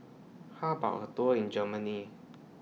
How about A Tour in Germany